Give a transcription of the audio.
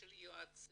של יועצים.